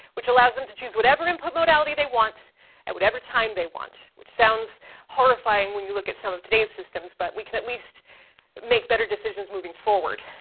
which allows them to choose whatever input modality they want at whatever time they want, which sounds horrifying when you look at some of today's systems but we can at least make better decisions moving forward.